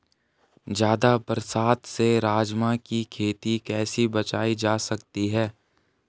ज़्यादा बरसात से राजमा की खेती कैसी बचायी जा सकती है?